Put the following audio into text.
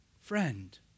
Friend